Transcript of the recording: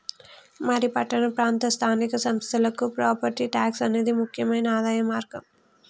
మరి పట్టణ ప్రాంత స్థానిక సంస్థలకి ప్రాపట్టి ట్యాక్స్ అనేది ముక్యమైన ఆదాయ మార్గం